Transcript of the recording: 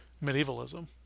medievalism